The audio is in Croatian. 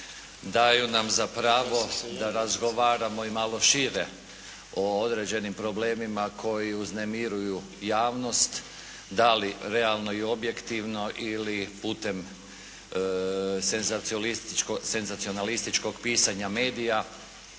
daju nam za pravo da razgovaramo i malo šire o određenim problemima koji uznemiruju javnost da li realno ili objektivno ili putem senzacionalizističkog pisanja medija